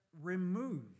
remove